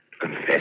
Confess